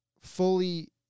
fully